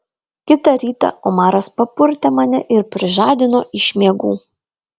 kitą rytą omaras papurtė mane ir prižadino iš miegų